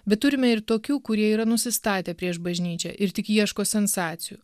bet turime ir tokių kurie yra nusistatę prieš bažnyčią ir tik ieško sensacijų